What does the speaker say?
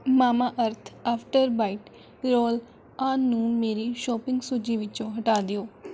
Mamaearth after bite roll on ਨੂੰ ਮੇਰੀ shopping ਸੂਚੀ ਵਿੱਚੋ ਹਟਾ ਦਿਓ